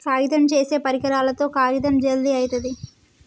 కాగితం చేసే పరికరాలతో కాగితం జల్ది అయితది